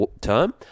term